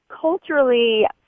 culturally